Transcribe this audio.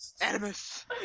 Animus